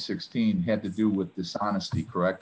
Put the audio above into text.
sixteen had to do with dishonesty correct